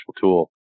tool